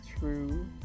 true